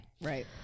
Right